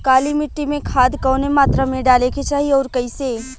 काली मिट्टी में खाद कवने मात्रा में डाले के चाही अउर कइसे?